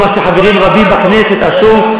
אני יכול לומר שחברים רבים בכנסת עשו,